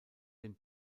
den